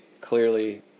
clearly